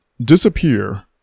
Disappear